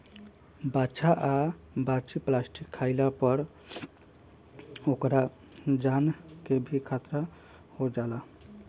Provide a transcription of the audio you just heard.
बाछा आ बाछी प्लास्टिक खाइला पर ओकरा जान के भी खतरा हो जाला